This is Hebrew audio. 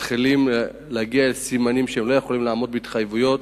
מתחילים להגיע סימנים שהם לא יכולים לעמוד בהתחייבויות